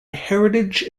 heritage